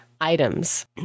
items